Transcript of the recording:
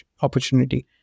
opportunity